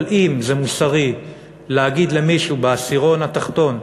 אבל אם זה מוסרי להגיד למישהו בעשירון התחתון,